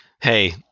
hey